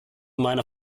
meiner